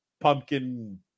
pumpkin